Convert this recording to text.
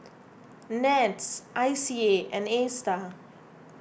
NETS I C A and Astar